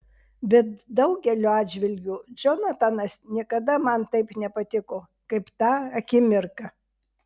bet daugeliu atžvilgių džonatanas niekada man taip nepatiko kaip tą akimirką